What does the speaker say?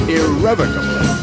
irrevocably